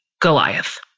Goliath